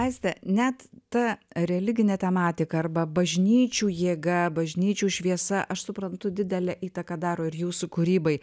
aistė net ta religinė tematika arba bažnyčių jėga bažnyčių šviesa aš suprantu didelę įtaką daro ir jūsų kūrybai